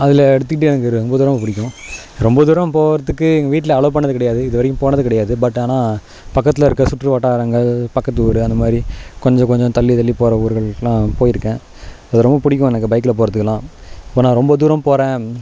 அதில் எடுத்துக்கிட்டு எனக்கு ரொம்ப தூரம் பிடிக்கும் ரொம்ப தூரம் போகிறதுக்கு எங்கள் வீட்டில் அலோவ் பண்ணிணது கிடையாது இதுவரைக்கும் போனது கிடையாது பட் ஆனால் பக்கத்தில் இருக்க சுற்று வட்டாரங்கள் பக்கத்து ஊர் அந்த மாதிரி கொஞ்சம் கொஞ்சம் தள்ளி தள்ளி போகிற ஊருகளுக்கெலாம் போயிருக்கேன் அது ரொம்ப பிடிக்கும் எனக்கு பைகில் போகிறதுக்குலாம் இப்போ நான் ரொம்ப தூரம் போகிறேன்